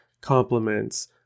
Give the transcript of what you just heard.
compliments